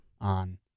on